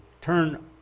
turn